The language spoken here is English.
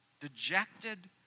dejected